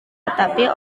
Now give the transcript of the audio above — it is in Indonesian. tetapi